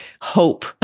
hope